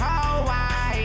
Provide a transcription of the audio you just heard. Hawaii